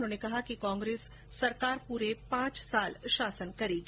उन्होंने कहा कि कांग्रेस सरकार पूरे पांच साल शासन करेगी